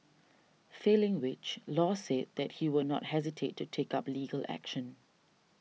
failing which Law said that he would not hesitate to take up legal action